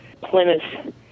Plymouth